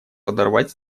подорвать